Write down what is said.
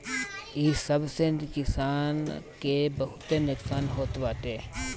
इ सब से किसान के बहुते नुकसान होत बाटे